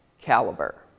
caliber